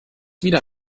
wieder